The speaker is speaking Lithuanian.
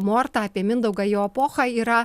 mortą apie mindaugą jo epochą yra